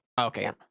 okay